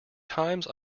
times